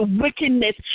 wickedness